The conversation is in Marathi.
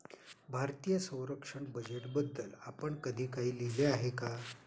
भारतीय संरक्षण बजेटबद्दल आपण कधी काही लिहिले आहे का?